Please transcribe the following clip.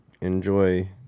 Enjoy